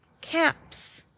caps